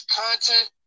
content